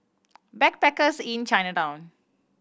Backpackers Inn Chinatown